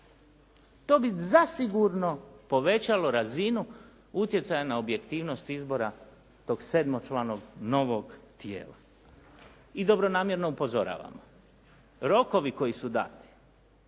To bi zasigurno povećalo razinu utjecaja na objektivnost izbora tog sedmočlanog novog tijela i dobronamjerno upozoravamo. Rokovi koji su dati